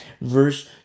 verse